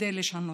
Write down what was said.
כדי לשנותו.